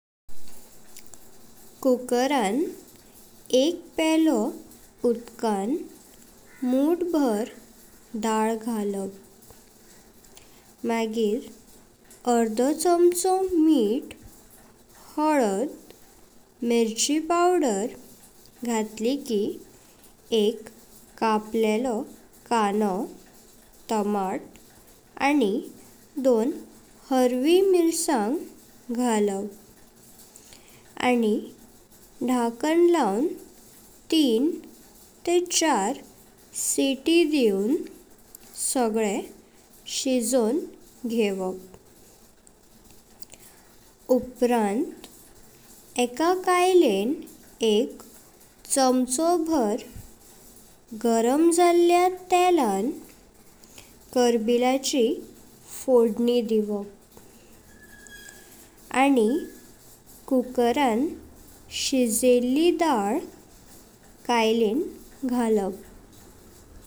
कुकरान एक पेलो उदकां मुतबर दाल घालप, म्गर अर्दो चामचो मीत, हळद, मिरची पावडर, घातलिकी एक कपललो कानो। टामझ आनी दोन हरवी मिरसांग घालप। आनी ढकण लाउन तीन चार सोती दिउन सगले शिजों घ्येयेवप। उपरांत एका काल्येन चामचो भर गरम जाल्या तेलान कर्बिलाची फोडणी दिउप। आनी कुकरां शिजेळी दाल कयलिन घालप।